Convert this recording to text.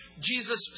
Jesus